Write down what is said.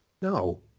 No